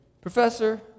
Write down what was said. Professor